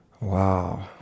wow